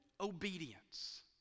obedience